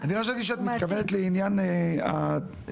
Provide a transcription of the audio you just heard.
אני חשבתי שאת מתכוונת לעניין התקשורת